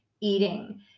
eating